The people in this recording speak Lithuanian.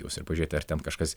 juos ir pažiūrėti ar ten kažkas